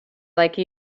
like